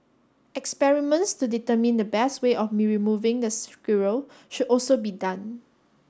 experiments to determine the best way of removing the squirrel should also be done